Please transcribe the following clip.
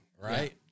right